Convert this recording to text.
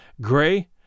Gray